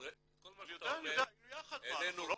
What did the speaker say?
כל מה שאתה אומר, העלינו כאן.